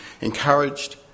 encouraged